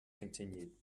continued